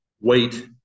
Wait